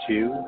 Two